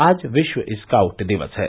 आज विश्व स्काउट दिवस है